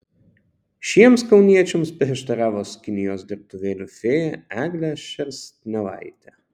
šiems kauniečiams prieštaravo skinijos dirbtuvėlių fėja eglė šerstniovaitė